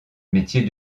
métier